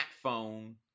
phone